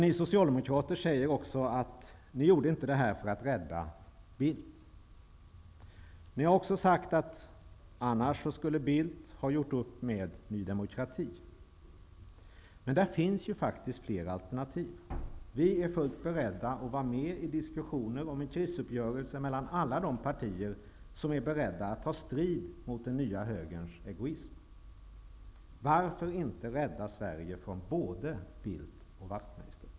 Ni socialdemokrater säger också att ni inte gjorde detta för att rädda Bildt. Ni har också sagt att Bildt annars skulle ha gjort upp med Ny demokrati. Men det finns ju faktiskt fler alternativ. Vi är fullt beredda att vara med i diskussioner om en krisuppgörelse mellan alla de partier som är beredda att ta strid mot den nya högerns egoism. Varför kan man inte rädda Sverige från både Bildt och Wachtmeister?